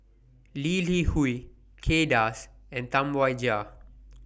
Lee Li Hui Kay Das and Tam Wai Jia